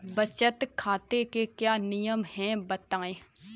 बचत खाते के क्या नियम हैं बताएँ?